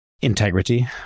Integrity